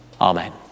Amen